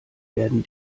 werden